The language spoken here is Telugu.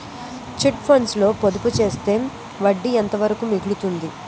చిట్ ఫండ్స్ లో పొదుపు చేస్తే వడ్డీ ఎంత వరకు మిగులుతుంది?